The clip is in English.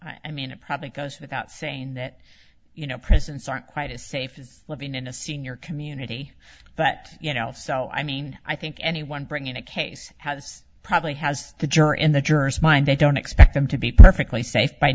i mean it probably goes without saying that you know presence aren't quite as safe as living in a senior community that you know if so i mean i think anyone bringing a case has probably has the juror and the jurors mind they don't expect them to be perfectly safe by